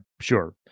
sure